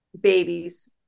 babies